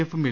എഫും എൽ